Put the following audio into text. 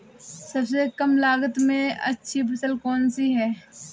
सबसे कम लागत में अच्छी फसल कौन सी है?